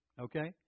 Okay